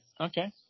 Okay